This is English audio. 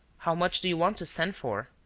how much do you want to send for?